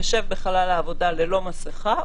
יישב בחלל העבודה ללא מסיכה,